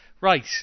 Right